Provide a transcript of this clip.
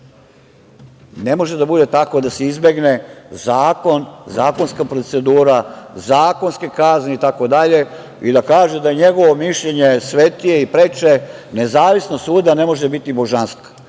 ne može da bude takvo da se izbegne zakon, zakonska procedura, zakonske kazne itd. i da kaže da je njegovo mišljenje svetije i preče. Nezavisnost suda ne može biti božanska,